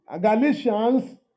Galatians